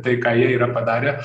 tai ką jie yra padarę